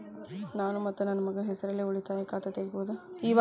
ನಾನು ಮತ್ತು ನನ್ನ ಮಗನ ಹೆಸರಲ್ಲೇ ಉಳಿತಾಯ ಖಾತ ತೆಗಿಬಹುದ?